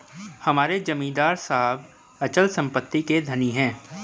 हमारे जमींदार साहब अचल संपत्ति के धनी हैं